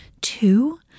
Two